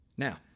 Now